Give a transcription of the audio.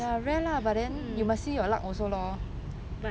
cause